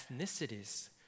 ethnicities